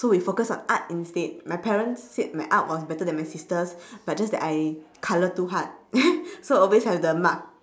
so we focus on art instead my parents said my art was better than my sister's but just that I colour too hard so always have the mark